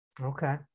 Okay